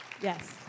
yes